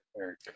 Eric